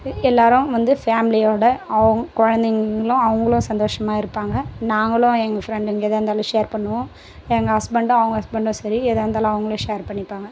எல்லாரும் வந்து ஃபேம்லியோட அவங் குழந்தைங்களும் அவங்களும் சந்தோஷமாக இருப்பாங்க நாங்களும் எங்கள் ஃப்ரெண்டுங்க எதா இருந்தாலும் ஷேர் பண்ணுவோம் எங்கள் ஹஸ்பண்டும் அவங்க ஹஸ்பண்டும் சரி எதா இருந்தாலும் அவங்களே ஷேர் பண்ணிப்பாங்க